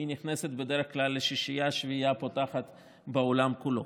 והיא נכנסת בדרך כלל לשישייה-שביעייה הפותחת בעולם כולו,